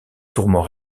tourments